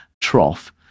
trough